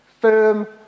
Firm